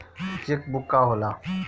Check book का होला?